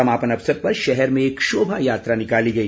समापन अवसर पर शहर में एक शोभा यात्रा निकाली गई